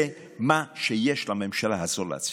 זה מה שיש לממשלה הזאת להציע.